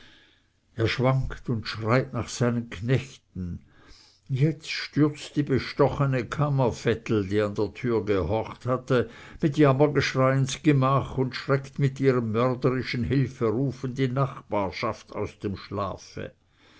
er schwankt und schreit nach seinen knechten jetzt stürzt die bestochene kammervettel die an der tür gehorcht hatte mit jammergeschrei ins gemach und schreckt mit ihrem mörderlichen hilferufen die nachbarschaft aus dem schlafe